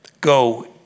go